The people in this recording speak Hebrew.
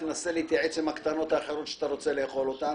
תנסה להתייעץ עם הקטנות האחרות שאתה רוצה לאכול אותן,